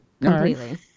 completely